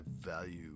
value